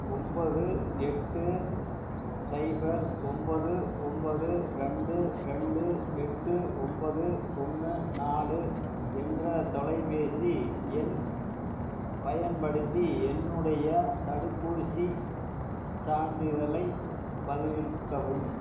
ஒம்பது எட்டு சைபர் ஒம்பது ஒம்பது ரெண்டு ரெண்டு எட்டு ஒம்பது ஒன்று நாலு என்ற தொலைபேசி எண் பயன்படுத்தி என்னுடைய தடுப்பூசிச் சான்றிதழைப் பதிவிறக்கவும்